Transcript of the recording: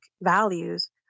values